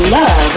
Love